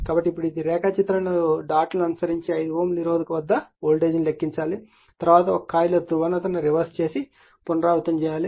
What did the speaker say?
కాబట్టి ఇప్పుడు ఇది రేఖాచిత్రంలో ఇచ్చిన డాట్ లను అనుసరించి 5 Ω నిరోధకత వద్ద వోల్టేజ్ను లెక్కించండి తరువాత ఒక కాయిల్లో ధ్రువణతను రివర్స్ చేసి పునరావృతం చేయండి